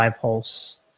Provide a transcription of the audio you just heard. pulse